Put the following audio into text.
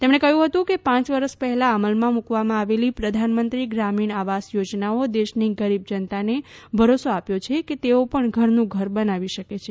તેમણે કહ્યું હતું કે પાંચ વરસ પહેલાં અમલમાં મૂકવામાં આવેલી પ્રધાનમંત્રી ગ્રામીણ આવાસ યોજનાઓ દેશની ગરીબ જનતાને ભરોસો આપ્યો છે કે તેઓ પણ ઘરનું ઘર બનાવી શકે છે